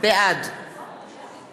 בעד